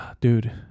Dude